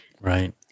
Right